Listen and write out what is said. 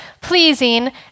pleasing